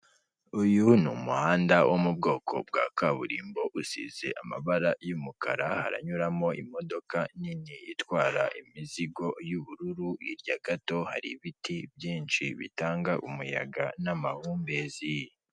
Uyu umuhanda wo mu bwoko bwa kaburimbo usize amabara y'umukara, aranyuramo imodoka nini itwara imizigo y'ubururu, hirya gato hari ibiti byinshi bitanga umuyaga n'amahumbezi.